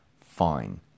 Fine